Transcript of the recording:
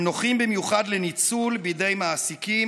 הם נוחים במיוחד לניצול בידי מעסיקים,